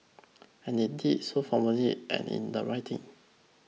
and they did so formally and in the writing